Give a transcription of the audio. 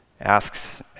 asks